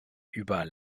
über